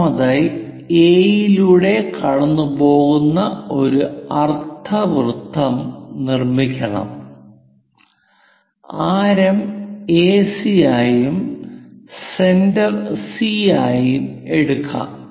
ഒന്നാമതായി എ യിലൂടെ കടന്നുപോകുന്ന ഒരു അർദ്ധവൃത്തം നിർമ്മിക്കണം ആരം എസി യായും സെന്റർ സി ആയി എടുക്കാം